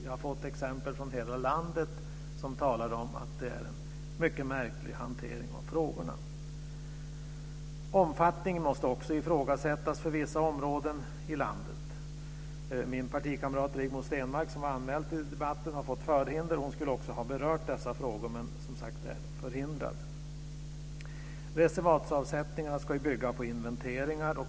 Jag har fått exempel från hela landet som talar om att det är en mycket märklig hantering av frågorna. Omfattningen måste också ifrågasättas för vissa områden i landet. Min partikamrat Rigmor Stenmark, som var anmäld till debatten, har fått förhinder. Hon skulle också ha berört dessa frågor, men är som sagt förhindrad. Reservatsavsättningarna ska bygga på inventeringar.